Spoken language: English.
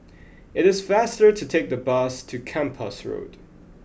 it is faster to take the bus to Kempas Road